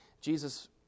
Jesus